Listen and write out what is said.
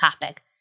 topic